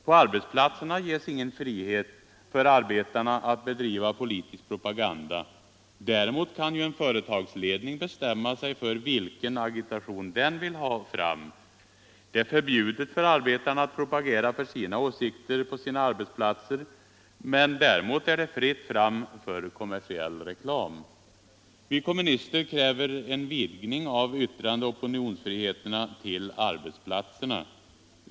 På arbetsplatserna ges ingen frihet för arbetarna att bedriva politisk propaganda, men däremot kan ju en företagsledning bestämma sig för vilken agitation den vill ha fram. Det är förbjudet för arbetarna att propagera för sina åsikter på sina arbetsplatser, men däremot är det fritt fram för kommersiell reklam. Vi kommunister kräver en vidgning av yttrandeoch opinionsfriheterna till arbetsplatserna.